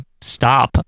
Stop